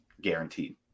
guaranteed